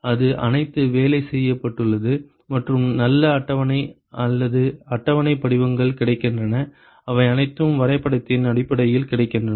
இது அனைத்து வேலை செய்யப்பட்டுள்ளது மற்றும் நல்ல அட்டவணை அல்லது அட்டவணை படிவங்கள் கிடைக்கின்றன அவை அனைத்தும் வரைபடத்தின் அடிப்படையில் கிடைக்கின்றன